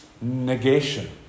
negation